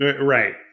Right